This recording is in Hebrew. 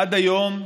עד היום,